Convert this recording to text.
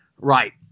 Right